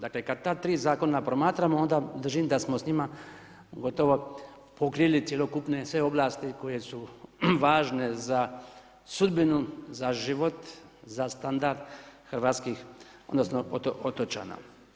Dakle, kada ta 3 zakona promatramo, onda držim da smo s njima, gotovo pokrili cjelokupne sve ovlasti, koje su važne za sudbinu, za život, za standard hrvatskih, odnosno, otočana.